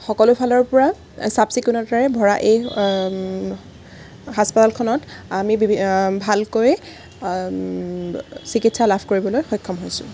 সকলো ফালৰ পৰা চাফ চিকুণতাৰে ভৰা এই হাস্পাতালখনত আমি ভালকৈ চিকিৎসা লাভ কৰিবলৈ সক্ষম হৈছোঁ